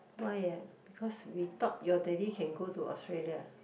why uh because we thought your daddy can go to Australia